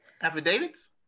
Affidavits